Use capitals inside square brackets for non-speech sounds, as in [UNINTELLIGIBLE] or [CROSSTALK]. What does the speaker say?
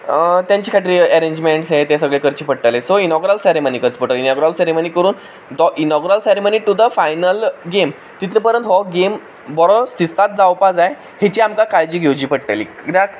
तेंचे खातीर एरेंजमेंट्स हें तें करचें पडटलें सो इनॉग्रल सेरेमनी करची पडटली इनॉग्रल सेरेमनी करून तो inaugural ceremony to the final game तितलो पर्यंत हो गॅम बरो [UNINTELLIGIBLE] जावापक जाय हेची आमकां काळजी घेवची पडटली कित्याक